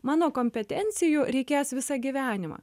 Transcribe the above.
mano kompetencijų reikės visą gyvenimą